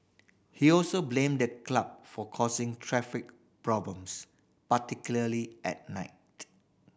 he also blamed the club for causing traffic problems particularly at night